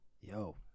yo